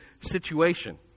situation